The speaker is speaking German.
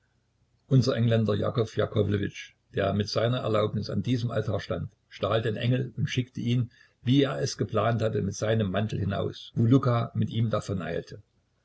unser engländer jakow jakowlewitsch der mit seiner erlaubnis an diesem altar stand stahl den engel und schickte ihn wie er es geplant hatte mit seinem mantel hinaus wo luka mit ihm